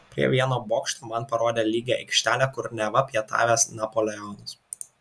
prie vieno bokšto man parodė lygią aikštelę kur neva pietavęs napoleonas